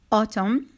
Autumn